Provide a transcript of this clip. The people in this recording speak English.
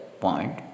point